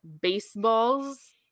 baseballs